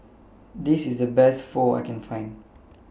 This IS The Best Pho that I Can Find